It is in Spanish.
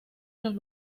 los